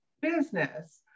business